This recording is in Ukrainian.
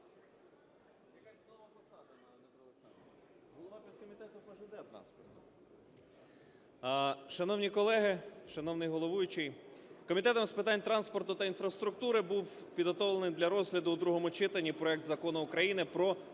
Шановні колеги! Шановний головуючий! Комітетом з питань транспорту та інфраструктури був підготовлений для розгляду в другому читанні проект Закону України "Про джерела